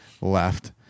left